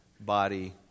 body